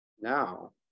now